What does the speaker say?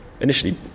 initially